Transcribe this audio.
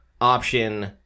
option